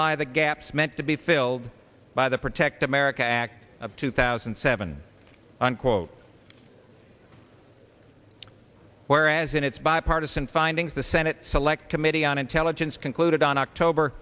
of the gaps meant to be filled by the protect america act of two thousand and seven unquote whereas in its bipartisan findings the senate select committee on intelligence concluded on october